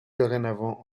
dorénavant